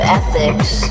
ethics